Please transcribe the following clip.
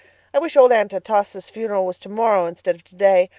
i wish old aunt atossa's funeral was tomorrow instead of today.